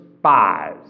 spies